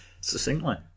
succinctly